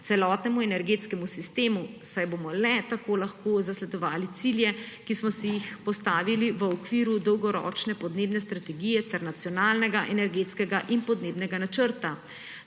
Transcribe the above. celotnemu energetskemu sistemu, saj bomo le tako lahko zasledovali cilje, ki smo si jih postavili v okviru dolgoročne podnebne strategije ter Nacionalnega energetskega in podnebnega načrta